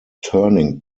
turning